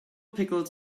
pickles